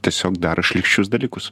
tiesiog daro šlykščius dalykus